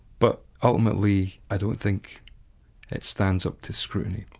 but ultimately i don't think it stands up to scrutiny.